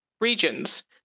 regions